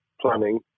planning